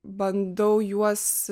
bandau juos